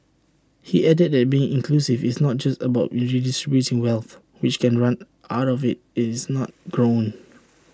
he added that being inclusive is not just about redistributing wealth which can run out if IT is not grown